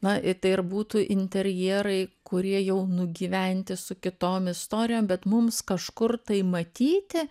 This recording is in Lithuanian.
na ir tai ir būtų interjerai kurie jau nugyventi su kitom istorijom bet mums kažkur tai matyti